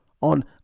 on